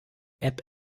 app